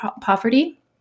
poverty